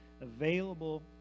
available